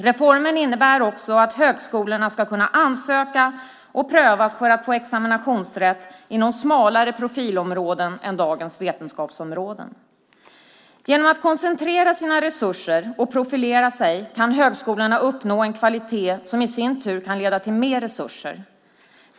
Reformen innebär också att högskolorna ska kunna ansöka och prövas för att få examinationsrätt inom smalare profilområden än dagens vetenskapsområden. Genom att koncentrera sina resurser och profilera sig kan högskolorna uppnå en kvalitet som i sin tur kan leda till mer resurser.